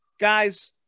Guys